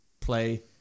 play